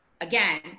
Again